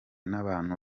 n’abantu